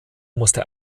musste